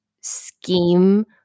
scheme